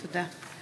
תודה.